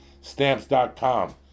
Stamps.com